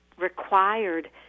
required